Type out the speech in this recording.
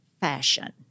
fashion